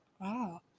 Wow